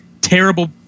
terrible